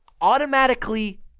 automatically